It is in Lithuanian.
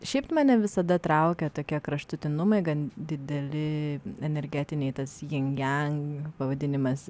šiaip mane visada traukia tokie kraštutinumai gan dideli energetiniai tas jing jang pavadinimas